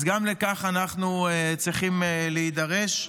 אז גם לכך אנחנו צריכים להידרש.